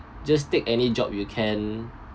just take any job you can